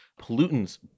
pollutants